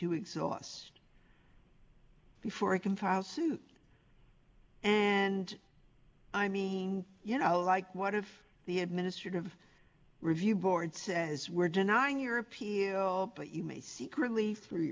to exhaust before he can file suit and i mean you know like what if the administrative review board says we're denying you're a p l l but you may secretly through